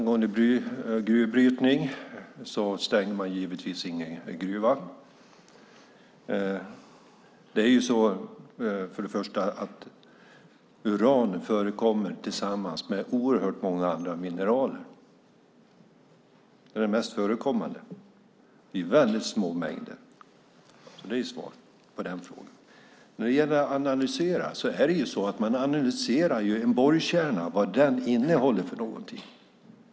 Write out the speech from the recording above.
Fru talman! Man stänger givetvis ingen gruva. Uran förekommer tillsammans med väldigt många andra mineraler. Det är den mest förekommande. Den förekommer i väldigt små mängder. Det är svaret på frågan. Analyserandet handlar om att undersöka vad en borrkärna innehåller.